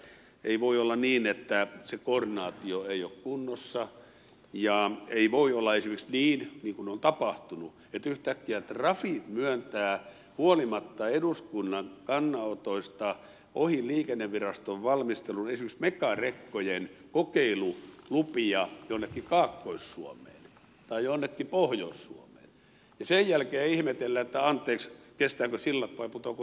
ei voi olla niin että se koordinaatio ei ole kunnossa ja ei voi olla esimerkiksi niin niin kuin on tapahtunut että yhtäkkiä trafi myöntää huolimatta eduskunnan kannanotoista ohi liikenneviraston valmistelun esimerkiksi megarekkojen kokeilulupia jonnekin kaakkois suomeen tai jonnekin pohjois suomeen ja sen jälkeen ihmetellään että anteeksi kestävätkö sillat vai putoavatko sillat